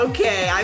Okay